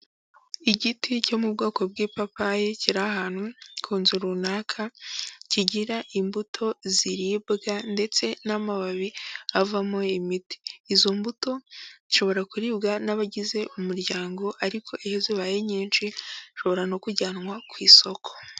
Igiti cyo mu bwoko bw'ipapayi kiri ahantu ku nzu runaka, kigira imbuto ziribwa ndetse n'amababi avamo imiti, izo mbuto zishobora kuribwa n'abagize umuryango ariko iyo zibaye nyinshi zishobora no kujyanwa ku isoko.